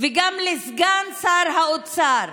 וגם לסגן שר האוצר,